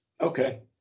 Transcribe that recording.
Okay